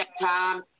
time